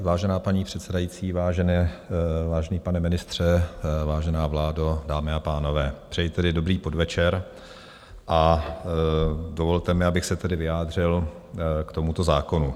Vážená paní předsedající, vážený pane ministře, vážená vládo, dámy a pánové, přeji dobrý podvečer a dovolte mi, abych se vyjádřil k tomuto zákonu.